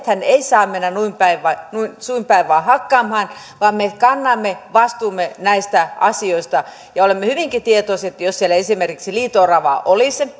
että metsää ei saa mennä suin päin vain hakkaamaan vaan me kannamme vastuumme näistä asioista ja olemme hyvinkin tietoisia että jos siellä esimerkiksi liito oravaa olisi